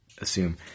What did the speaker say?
assume